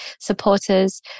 supporters